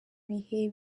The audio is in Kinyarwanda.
bihe